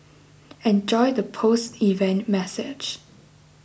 enjoy the post event massage